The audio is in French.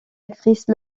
actrice